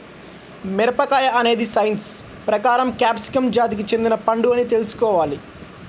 మిరపకాయ అనేది సైన్స్ ప్రకారం క్యాప్సికమ్ జాతికి చెందిన పండు అని తెల్సుకోవాలి